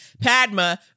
Padma